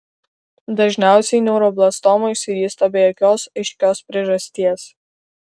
dažniausiai neuroblastoma išsivysto be jokios aiškios priežasties